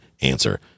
answer